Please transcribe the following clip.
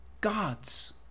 God's